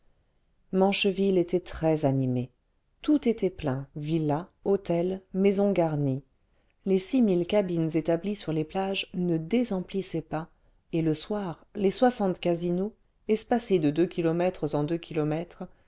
mancheville était très animée tout était plein villas hôtels maisons garnies les six mille cabines établies sur les plages ne désemplissaient pas et le soir les soixante casinos espacés de deux kilomètres en deux kilomètres